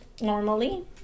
normally